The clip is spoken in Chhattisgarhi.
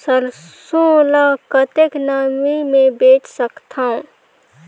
सरसो ल कतेक नमी मे बेच सकथव?